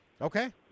Okay